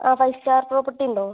ആ five star property ഉണ്ടോ